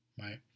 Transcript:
right